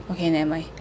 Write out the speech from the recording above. okay nevermind